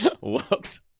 Whoops